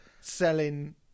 selling